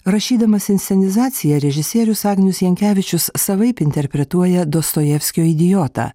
rašydamas inscenizaciją režisierius agnius jankevičius savaip interpretuoja dostojevskio idiotą